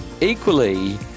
equally